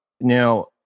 Now